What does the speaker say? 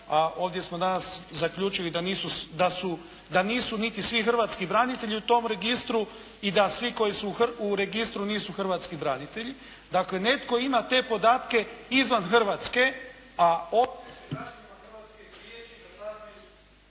ovdje smo danas zaključili da nisu niti svi hrvatski branitelji u tom registru i da svi koji su u registru nisu hrvatski branitelji. Dakle netko ima te podatke izvan Hrvatske, a ovdje se priječi da građani